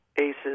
aces